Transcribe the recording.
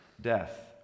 death